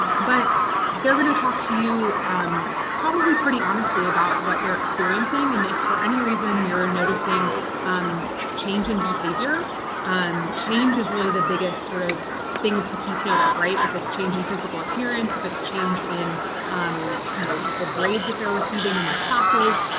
but they're going to talk to you um probably pretty honestly about what they're experiencing, and if for any reason you're noticing um change in behavior um change is really the biggest sort of thing to keep note of right, if it's change in physical appearance, if it's change in you know the grades that they're receiving in their classes,